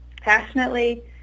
passionately